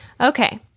Okay